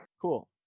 Cool